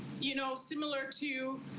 you know, similar to